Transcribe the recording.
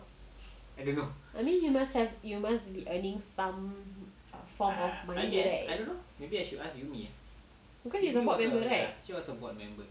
I mean you must have you must be earning some form of money because she is a board member right